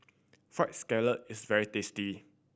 Fried Scallop is very tasty